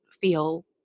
feel